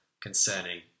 concerning